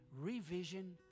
revision